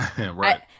Right